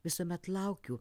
visuomet laukiu